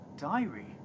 diary